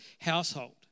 household